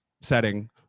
setting